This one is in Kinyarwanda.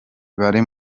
bari